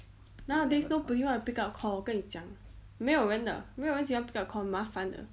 nowadays nobody want to pick up call 我跟你讲没有人的没有人喜欢 pick up call 麻烦的